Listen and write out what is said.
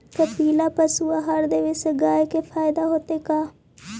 कपिला पशु आहार देवे से गाय के फायदा होतै का?